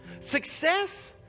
Success